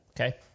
Okay